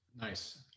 nice